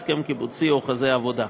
הסכם קיבוצי או חוזה עבודה.